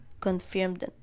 confirmed